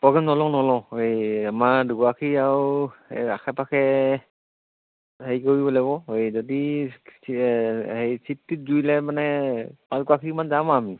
programme নলওঁ নলওঁ এই আমাৰ দুগৰাকী আৰু এই আশে পাশে হেৰি কৰিব লাগিব এই যদি হেৰি চিট টিত জুৰিলে মানে পাঁচগৰাকীমান যাম আৰু আমি